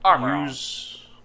use